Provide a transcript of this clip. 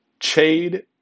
Chade